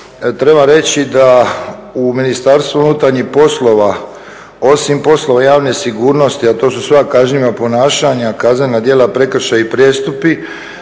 treba reći da u Ministarstvu unutarnjih poslova osim poslova javne sigurnosti, a to su sva kažnjiva ponašanja, kaznena djela prekršaji i prijestupi